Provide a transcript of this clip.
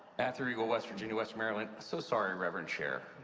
matthew riegel west virginia-western maryland. so sorry, reverend chair.